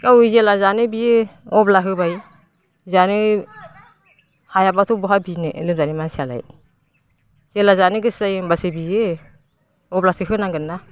गाव जेला जानो बियो अब्ला होबाय जानो हायाब्लाथ' बहा बिनो लोमजानाय मानसियालाय जेला जानो गोसो जायो होमब्लासो बियो अब्लासो होनांगोन ना